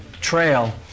trail